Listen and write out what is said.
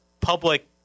public